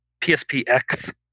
PSPX